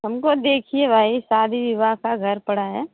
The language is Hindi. हमको देखिए भाई शादी विवाह का घर पड़ा है